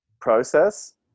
process